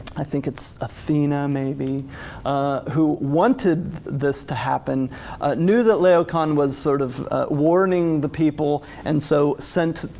i think it's athena maybe who wanted this to happen knew that laocoon was sort of warning the people and so sent